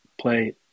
play